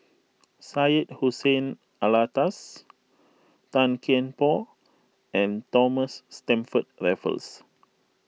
Syed Hussein Alatas Tan Kian Por and Thomas Stamford Raffles